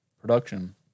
production